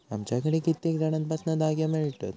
आमच्याकडे कित्येक झाडांपासना धागे मिळतत